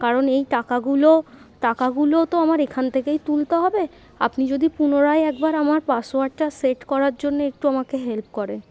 কারণ এই টাকাগুলো টাকাগুলো তো আমার এখান থেকেই তুলতে হবে আপনি যদি পুনরায় একবার আমার পাসওয়ার্ডটা সেট করার জন্য একটু আমাকে হেল্প করেন